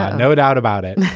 no doubt about it.